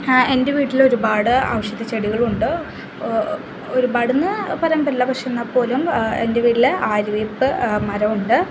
എൻ്റെ വീട്ടിലൊരുപാട് ഔഷധച്ചെടികളുണ്ട് ഒരുപാടെന്നു പറയാൻപറ്റില്ല പക്ഷേ എന്നാൽ പോലും എൻ്റെ വീട്ടിൽ ആര്യ വേപ്പ് മരമുണ്ട്